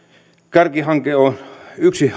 yksi